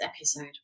episode